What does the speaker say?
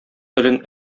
телен